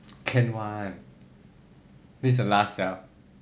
can one this is the last liao